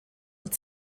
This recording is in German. und